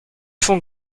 fonds